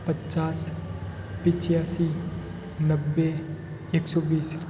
पच्चास पचासी नब्बे एक सौ बीस